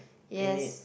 yes